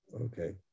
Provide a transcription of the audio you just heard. Okay